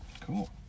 Cool